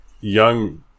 young